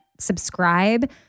subscribe